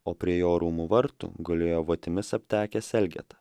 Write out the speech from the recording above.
o prie jo rūmų vartų gulėjo votimis aptekęs elgeta